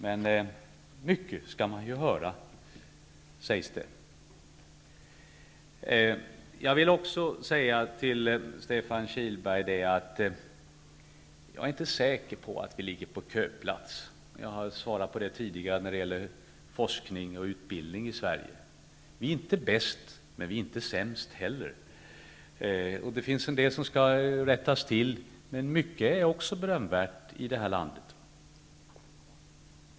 Men mycket skall man ju höra, sägs det. Jag vill också till Stefan Kihlberg säga att jag inte är säker på att vi ligger på köplats. Jag har svarat på det tidigare när det gäller forskning och utbildning i Sverige. Vi är inte bäst, men vi är heller inte sämst. Det finns en del som skall rättas till. Men mycket är också berömvärt i detta land.